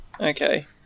Okay